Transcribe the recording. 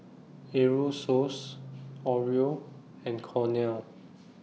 Aerosoles Oreo and Cornell